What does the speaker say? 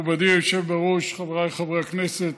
מכובדי היושב-ראש, חבריי חברי הכנסת,